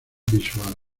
visual